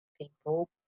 people